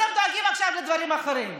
אתם דואגים עכשיו לדברים אחרים.